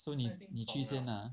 so 你你去先 ah